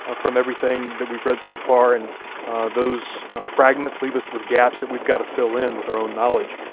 ah from everything that we've read so far, and those fragments leave us with gaps that we've gotta fill in with our own knowledge.